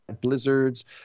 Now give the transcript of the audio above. blizzards